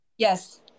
Yes